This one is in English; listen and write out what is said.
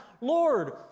Lord